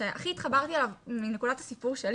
שהכי התחברתי אליו מנקודת הסיפור שלי